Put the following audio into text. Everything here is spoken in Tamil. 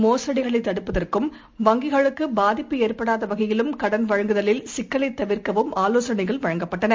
மோசடிகளைதடுப்பதற்கும் வங்கிகளுக்குப் பாதிப்பு ஏற்படாதவகையிலும் கடன் வழங்குதலில் சிக்கலைத் தவிர்க்கவும் ஆலோசனைகள் வழங்கப்பட்டன